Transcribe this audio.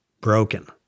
broken